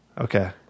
Okay